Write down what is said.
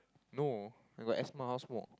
no I got asthma how smoke